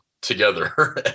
together